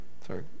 Sorry